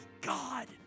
God